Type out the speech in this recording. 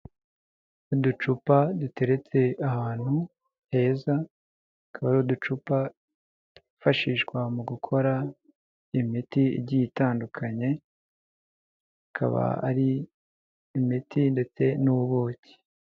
Uducupa duteretse ahantu heza akaba ari uducupa twifashishwa mu gukora imiti igiye itandukanye ikaba ari imiti ndetse n'ubuki.